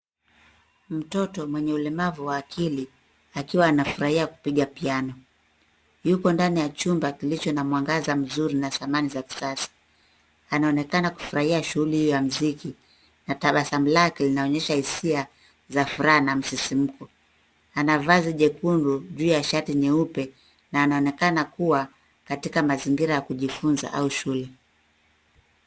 Mtoto mwenye ulemavu wa akili, akiwa anafurahia kupiga piano. Yuko ndani ya chumba kilicho na mwangaza mzuri na samani za kisasa. Anaonekana kufurahia shughuli hiyo ya mziki na tabasamu lake linaonyesha hisia ya za furaha na msisimko. Ana vazi jekundu juu ya shati jeupe na anaonekana kuwa katika mazingira ya kujifunza au shule.